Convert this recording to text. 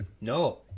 No